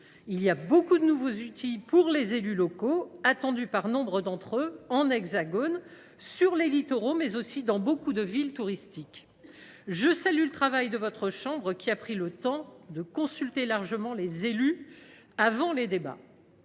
elle leur offre de nouveaux outils, attendus par nombre d’entre eux, en Hexagone, sur les littoraux, mais aussi dans beaucoup de villes touristiques. À cet égard, je salue le travail de votre chambre, qui a pris le temps de consulter largement les élus avant les débats.